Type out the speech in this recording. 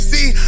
See